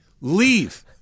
Leave